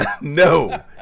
No